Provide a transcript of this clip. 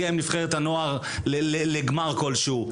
האם רוצים להגיע עם נבחרת הנוער לגמר כלשהו?